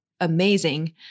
amazing